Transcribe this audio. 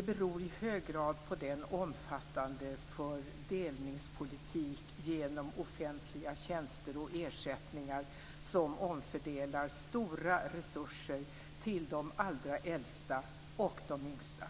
beror i hög grad på den omfattande fördelningspolitik genom offentliga tjänster och ersättningar som omfördelar stora resurser till de allra äldsta och de yngsta.